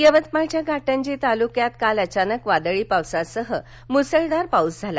पाऊस यवतमाळच्या घाटंजी तालुक्यात काल अचानक वादळी पावसासह मुसळधार पाऊस झाला